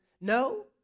No